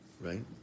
right